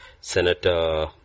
Senator